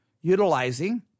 utilizing